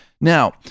Now